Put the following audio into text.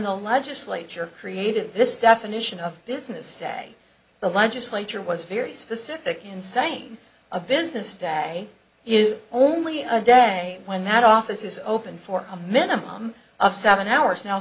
the legislature created this definition of business day the legislature was very specific in saying a business that is only a day when that office is open for a minimum of seven hours now